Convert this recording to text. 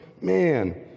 man